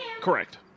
Correct